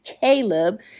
Caleb